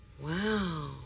Wow